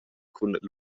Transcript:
cun